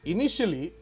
Initially